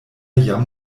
jam